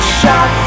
shot